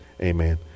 Amen